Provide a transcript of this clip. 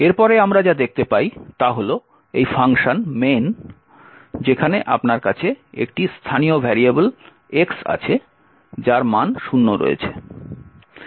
এরপরে আমরা যা দেখতে পাই তা হল এই main ফাংশন যেখানে আপনার কাছে একটি স্থানীয় ভেরিয়েবল x আছে যার মান শূন্য রয়েছে